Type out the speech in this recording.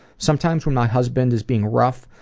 sometimes when my husband is being rough,